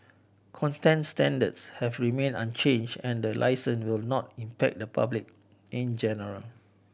standards have remained unchanged and the licence will not impact the public in general